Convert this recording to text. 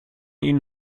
ihnen